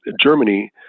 Germany